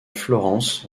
florence